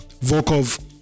Volkov